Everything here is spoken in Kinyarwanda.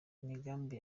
imigambi